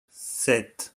sept